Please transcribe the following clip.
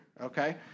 okay